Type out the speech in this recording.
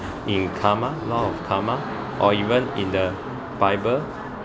in karma law of karma or even in the bible